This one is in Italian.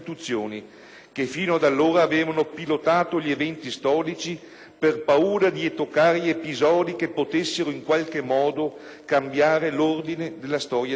che fino ad allora avevano pilotato gli eventi storici per paura di evocare episodi che potessero in qualche modo cambiare l'ordine della storia d'Italia.